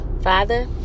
Father